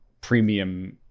premium